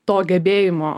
to gebėjimo